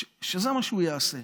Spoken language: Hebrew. שזה מה שהוא יעשה.